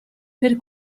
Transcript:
per